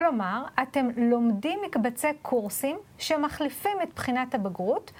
כלומר, אתם לומדים מקבצי קורסים שמחליפים את בחינת הבגרות.